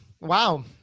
Wow